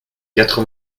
quatre